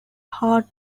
heart